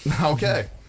Okay